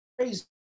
crazy